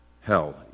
hell